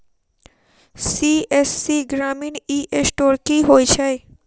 CSC ग्रामीण e store की होइ छै?